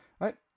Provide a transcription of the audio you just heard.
right